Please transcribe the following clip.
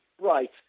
right